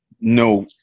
no